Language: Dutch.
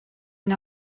een